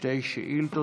שתי שאילתות.